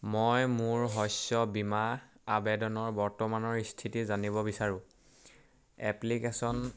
মই মোৰ শস্য বীমা আবেদনৰ বৰ্তমানৰ স্থিতি জানিব বিচাৰোঁ এপ্লিকেশ্যন